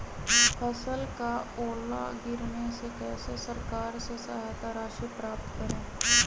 फसल का ओला गिरने से कैसे सरकार से सहायता राशि प्राप्त करें?